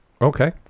Okay